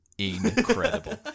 Incredible